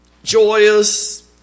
Joyous